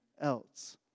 else